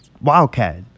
Wildcat